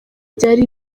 byari